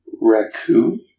Raccoon